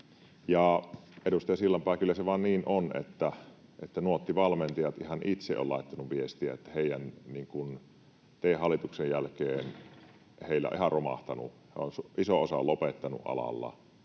edustaja Sillanpää, kyllä se vaan niin on, että Nuotti-valmentajat ihan itse ovat laittaneet viestiä, että teidän hallituksen jälkeen heillä on ihan romahtanut...